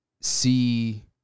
see